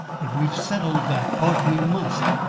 but we have settled that part we must.